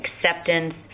acceptance